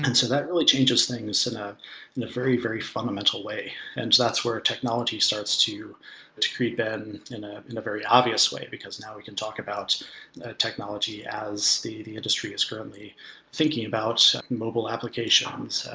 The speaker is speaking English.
and so that really changes things in ah in a very very fundamental way, and that's where technology starts to to creep in, in ah in a very obvious way because now we can talk about technology as the the industry is currently thinking about mobile applications,